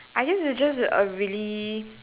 I guess you're just a really